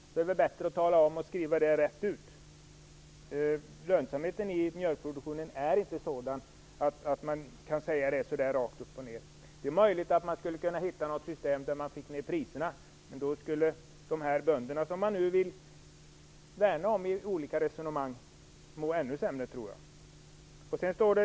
I så fall är det bättre att säga det rätt ut. Lönsamheten i mjölkproduktionen är inte sådan att man kan göra ett sådant direkt påstående. Det är möjligt att man skulle kunna komma fram till något system som får ned priserna, men jag tror att de bönder som man nu vill värna om i olika resonemang då skulle må ännu sämre.